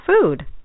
food